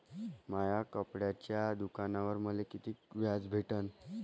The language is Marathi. माया कपड्याच्या दुकानावर मले कितीक व्याज भेटन?